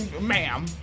ma'am